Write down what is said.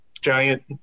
giant